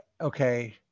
okay